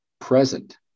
present